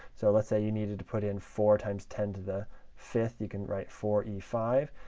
so let's say you needed to put in four times ten to the fifth. you can write four e five.